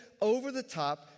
over-the-top